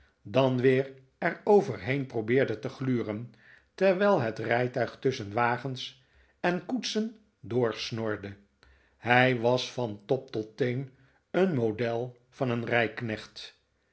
dan weerer over heen probeerde te gluren terwijl het rijtuig tusschen wagens en koetsen doorsnorde hij was van top tot teen een model van een